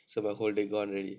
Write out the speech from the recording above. so about whole day gone already